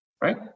right